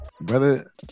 brother